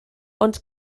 ond